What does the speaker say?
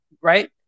right